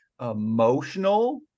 emotional